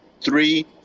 three